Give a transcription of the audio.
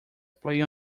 play